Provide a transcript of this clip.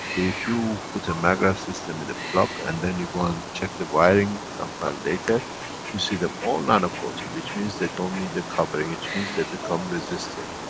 if you put a maggrav system in a plug and then you go on check the wiring sometime later you see them all nano-coating, which means they don't need the covering, which means they become resistive.